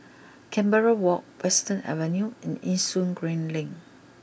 Canberra walk Western Avenue and Yishun Green Link